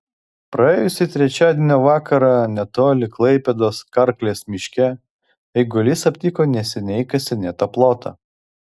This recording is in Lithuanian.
praėjusį trečiadienio vakarą netoli klaipėdos karklės miške eigulys aptiko neseniai kasinėtą plotą